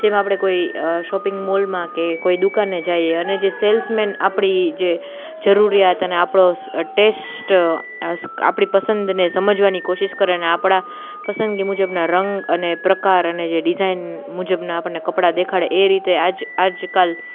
જેમ આપણે કોઈ શોપિંગ મોલમાં કે કોઈ દુકાને જઈએ અને જે સેલ્સમેન આપણી જે જરૂરિયાત અને આપણો ટેસ્ટ આપણી પસંદને સમજવાની કોશિશ કરે અને આપણા પસંદગી મુજબના રંગ અને પ્રકાર અને જે ડિઝાઇન મુજબના આપણને કપડાં દેખાડે એ રીતે આજ આજકાલ